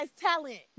talent